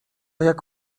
jak